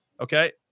Okay